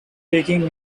taking